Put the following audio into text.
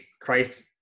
Christ